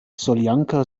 soljanka